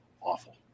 awful